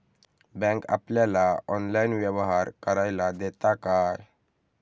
Bank आपल्याला online व्यवहार करायला देता काय?